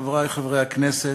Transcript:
חברי חברי הכנסת,